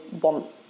want